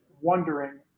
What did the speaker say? wondering